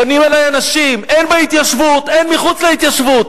פונים אלי אנשים הן בהתיישבות, הן מחוץ להתיישבות,